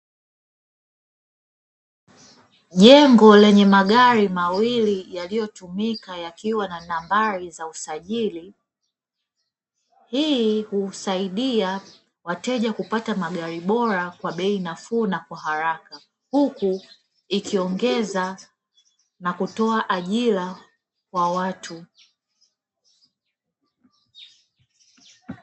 Jengo lenye magari mawili yaliyotumika yakiwa na nambari za usajili. Hii husaidia wateja kupata magari bora kwa bei nafuu na kwa haraka, huku ikiongeza na kutoa ajira kwa watu.